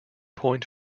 point